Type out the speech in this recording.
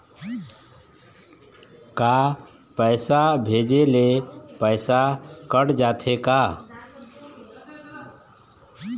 का पैसा भेजे ले पैसा कट जाथे का?